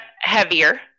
heavier